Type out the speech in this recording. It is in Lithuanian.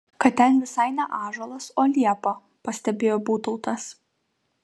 kad ten visai ne ąžuolas o liepa pastebėjo būtautas